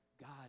God